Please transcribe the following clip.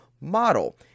model